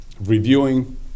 reviewing